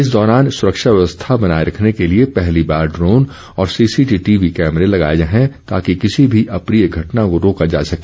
इस दौरान सुरक्षा व्यवस्था बनाए रखने के लिए पहली बार ड्रोन और सीसीटीवी कैमरे लगाए गए हैं ताकि किसी भी अप्रीय घटना को रोका जा सके